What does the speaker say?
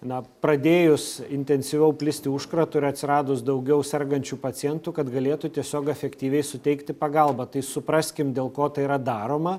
na pradėjus intensyviau plisti užkratui ir atsiradus daugiau sergančių pacientų kad galėtų tiesiog efektyviai suteikti pagalbą tai supraskim dėl ko tai yra daroma